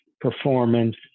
performance